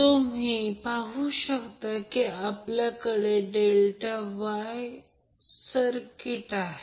तर या प्रकरणात Zy 5 j 2 10 j 8 म्हणजे 15 j6 Ω आहे